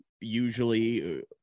usually